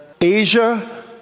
Asia